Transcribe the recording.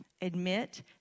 Admit